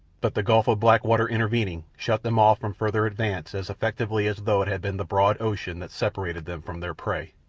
but the gulf of black water intervening shut them off from farther advance as effectually as though it had been the broad ocean that separated them from their prey.